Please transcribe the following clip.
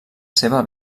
seva